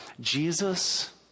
Jesus